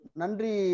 Nandri